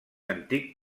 antic